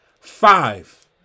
Five